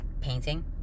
painting